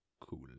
Cool